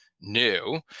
new